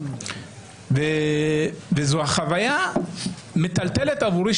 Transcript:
וזו חוויה מטלטלת עבורי,